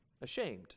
ashamed